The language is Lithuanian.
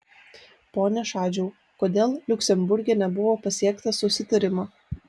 pone šadžiau kodėl liuksemburge nebuvo pasiekta susitarimo